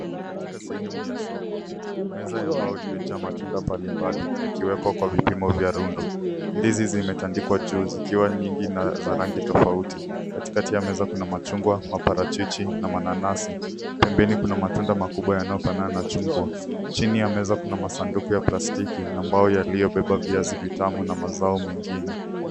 Katika sehemu ya soko, meza ya mbao imejaa matunda mbalimbali yakiweko kwa vipimo vya rundo. Ndizi zimetandikwa juu zikiwa nyingi na za rangi tofauti. Katikati ya meza kuna machungwa, maparachichi na mananasi. Pembeni kuna matunda makubwa yanayofanana na chungwa. Chini ya meza kuna masanduku ya plastiki na mbao yaliyobeba viazi vitamu na mazao mengine.